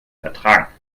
vertragen